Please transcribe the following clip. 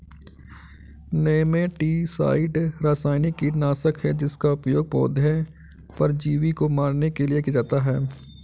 nematicide रासायनिक कीटनाशक है जिसका उपयोग पौधे परजीवी को मारने के लिए किया जाता है